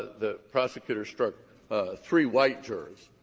the prosecutor struck three white jurors,